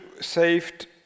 saved